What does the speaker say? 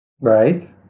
Right